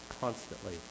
constantly